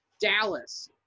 Dallas